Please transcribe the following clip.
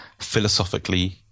philosophically